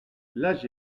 l’ags